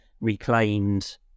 reclaimed